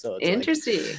Interesting